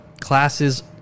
classes